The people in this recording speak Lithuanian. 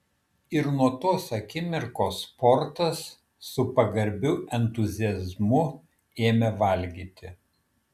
ir nuo tos akimirkos portas su pagarbiu entuziazmu ėmė valgyti